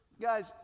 guys